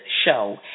show